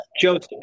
Joseph